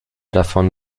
davon